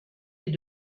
les